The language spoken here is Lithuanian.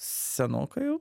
senokai jau